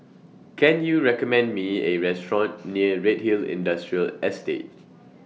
Can YOU recommend Me A Restaurant near Redhill Industrial Estate